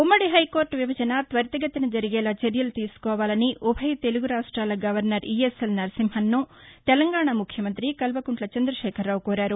ఉమ్మడి హైకోర్టు విభజన త్వరితగతిన జరిగేలా చర్యలు తీసుకోవాలనిఉభయ తెలుగురాష్ట్రాల గవర్నర్ ఈఎస్ఎల్ నరసింహన్ను తెలంగాణ ముఖ్యమంత్రి కల్వకుంట్ల చంద్రశేఖరరావు కోరారు